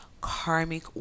karmic